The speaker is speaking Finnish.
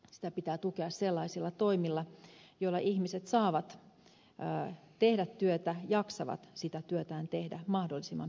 sitä pitää tukea sellaisilla toimilla joilla ihmiset saavat tehdä työtä jaksavat sitä työtään tehdä mahdollisimman pitkään